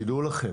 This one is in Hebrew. תדעו לכם.